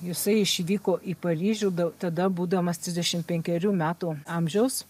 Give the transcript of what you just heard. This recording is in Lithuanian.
jisai išvyko į paryžių da tada būdamas trisdešim penkerių metų amžiaus